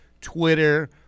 Twitter